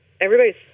Everybody's